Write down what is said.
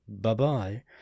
Bye-bye